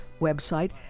website